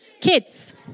Kids